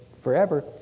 forever